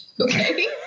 okay